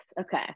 Okay